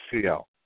CL